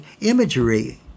imagery